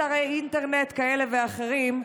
אתרי אינטרנט כאלה ואחרים,